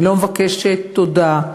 אני לא מבקשת תודה.